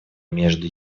между